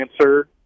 answer